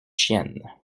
chienne